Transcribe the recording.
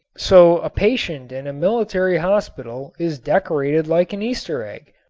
so a patient in a military hospital is decorated like an easter egg.